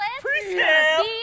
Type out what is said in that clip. Pre-sale